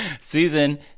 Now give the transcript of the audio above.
Susan